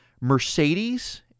Mercedes